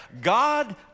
God